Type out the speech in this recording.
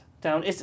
down